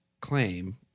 claim